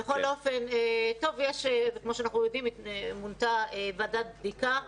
כמו שאנחנו יודעים, מונתה ועדת בדיקה.